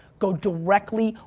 go directly,